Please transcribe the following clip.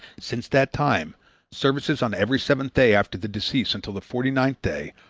since that time services on every seventh day after the decease until the forty-ninth day,